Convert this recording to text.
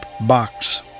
Box